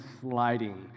sliding